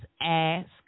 ask